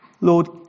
Lord